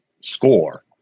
score